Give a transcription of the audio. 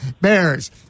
Bears